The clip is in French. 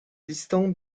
distant